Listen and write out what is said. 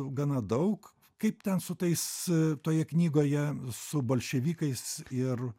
gana daug kaip ten su tais toje knygoje su bolševikais ir